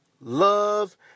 love